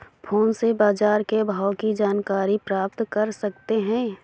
Phone से बाजार के भाव की जानकारी कैसे प्राप्त कर सकते हैं?